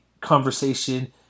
conversation